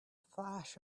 flash